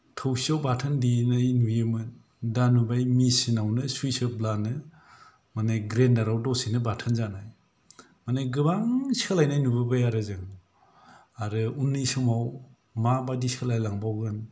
थौसियाव बाथोन देनाय नुयोमोन दा नुबाय मेसिन आवनो सुइस होब्लानो माने ग्रेन्दार आव दसेनो बाथोन जानाय माने गोबां सोलायनाय नुबोबाय आरो जों आरो उननि समाव माबादि सोलायलांबावगोन